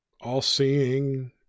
all-seeing